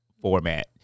format